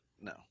no